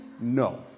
No